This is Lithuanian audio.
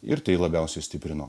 ir tai labiausiai stiprino